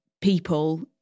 people